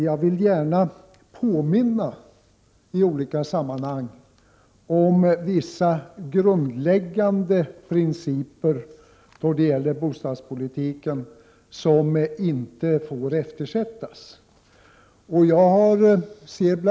Jag vill emellertid i olika sammanhang påminna om vissa grundläggande principer inom bostadspolitiken som inte får eftersättas.